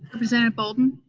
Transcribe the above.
representative bolden?